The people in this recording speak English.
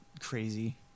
crazy